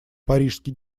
парижский